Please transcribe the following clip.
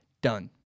done